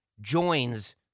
joins